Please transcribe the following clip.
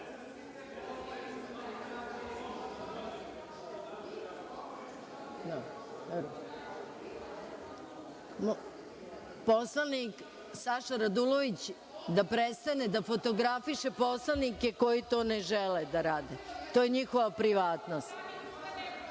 Saša Radulović da prestane da fotografiše poslanike koji to ne žele da rade. To je njihova privatnost.(Tatjana